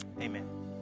amen